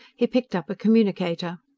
he picked up a communicator.